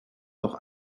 noch